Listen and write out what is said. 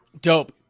Dope